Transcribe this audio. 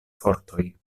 fortoj